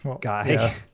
guy